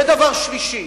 ודבר שלישי,